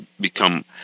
become